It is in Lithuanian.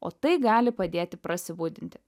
o tai gali padėti prasibudinti